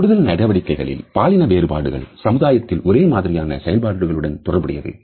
தொடுதல் நடவடிக்கைகளில் பாலின வேறுபாடுகள் சமுதாயத்தின் ஒரே மாதிரியான செயல்பாடுகளுடன் தொடர்புடையது